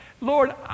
Lord